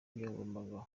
byagombaga